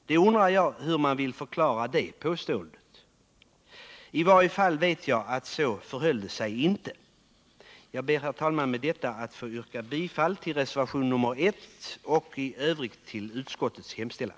Hur vill man förklara detta påstående? I varje fall vet jag att det inte förhöll sig så. Jag ber, herr talman , att med dessa ord få yrka bifall till reservationen 1 och i övrigt bifall till utskottets hemställan.